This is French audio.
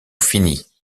finie